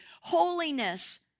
holiness